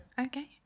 Okay